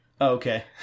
okay